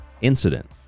incident